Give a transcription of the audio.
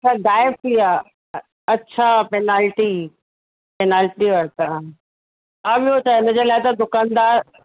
अच्छा गायबु थी विया अच्छा पेनल्टी पेनल्टी वरितव हा ॿियो छा हिन जे लाइ त दुकानदार